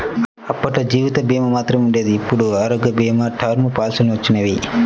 అప్పట్లో జీవిత భీమా మాత్రమే ఉండేది ఇప్పుడు ఆరోగ్య భీమా, టర్మ్ పాలసీలొచ్చినియ్యి